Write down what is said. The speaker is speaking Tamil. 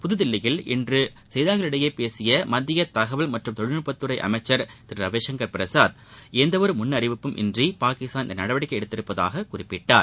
புதுதில்லியில் இன்று செய்தியாளர்களிடம் பேசிய மத்திய தகவல் மற்றும் தொழில்நுட்பத்துறை அமைச்சர் திரு ரவிசங்கர் பிரசாத் எந்தவொரு முன்னறிவிப்புமின்றி பாகிஸ்தான் இந்த நடவடிக்கையை எடுத்திருப்பதாக குறிப்பிட்டார்